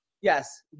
Yes